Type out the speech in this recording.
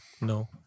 No